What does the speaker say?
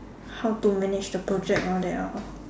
how to manage the project all that lor